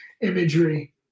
imagery